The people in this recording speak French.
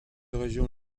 région